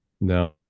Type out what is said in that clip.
No